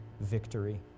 victory